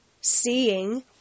seeing